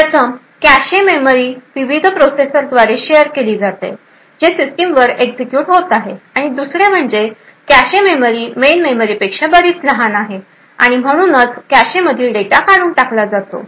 प्रथम cache memory विविध प्रोसेसद्वारे शेयर केली जाते जे सिस्टमवर एक्झिक्युट होत आहे आणि दुसरे म्हणजे कॅशे मेमरी मेन मेमरीपेक्षा बरीचं लहान असते आणि म्हणूनच कॅशेमधील डेटा काढून टाकला जातो